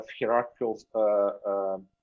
hierarchical